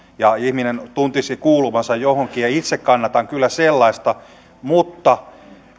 ja ihminen tuntisi kuuluvansa johonkin itse kannatan kyllä sellaista mutta